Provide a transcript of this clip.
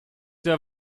der